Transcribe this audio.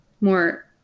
more